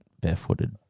barefooted